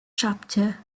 chapter